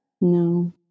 No